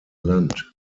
land